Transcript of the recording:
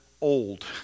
old